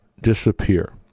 disappear